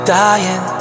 dying